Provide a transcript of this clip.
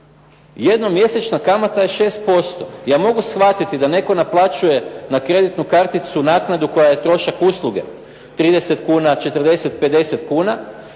Jednomjesečna kamata je 6%. Ja mogu shvatiti da netko naplaćuje na kreditnu karticu naknadu koja je trošak usluge, 30 kuna, 40, 50 kuna